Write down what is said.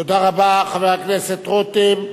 תודה רבה, חבר הכנסת רותם.